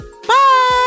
Bye